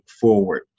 forward